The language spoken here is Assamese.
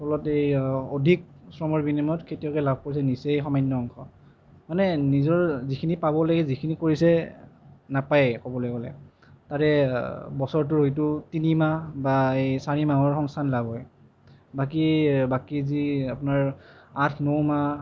ফলত এই অধিক শ্ৰমৰ বিনিময়ত খেতিয়কে লাভ কৰিছে নিচেই সামান্য অংশ মানে নিজৰ যিখিনি পাবলগীয়া যিখিনি কৰিছে নাপায়েই ক'বলৈ গ'লে তাৰে বছৰটোৰ হয়তো তিনিমাহ বা এই চাৰিমাহৰ সংস্থান লাভ হয় বাকী বাকী যি আপোনাৰ আঠ ন মাহ